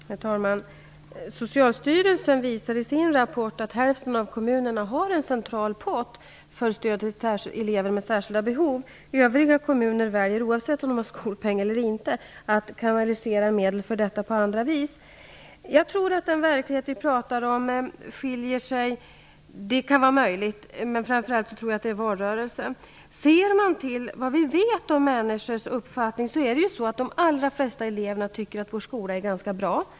Herr talman! Socialstyrelsen visar i sin rapport att hälften av kommunerna har en central pott för stöd till elever med särskilda behov. Övriga kommuner väljer, oavsett om de har skolpeng eller inte, att kanalisera medel för detta på andra vis. Jag tror att den verklighet vi pratar om möjligen ser olika ut, men framför allt tror jag att det är valrörelsen. Ser man till vad vi vet om människors uppfattning framgår det att de allra flesta eleverna tycker att vår skola är ganska bra.